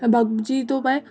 भकिजी थो पिए